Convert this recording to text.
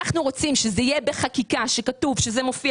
אנחנו רוצים שיהיה כתוב בחקיקה שזה מופיע,